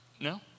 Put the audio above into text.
No